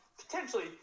potentially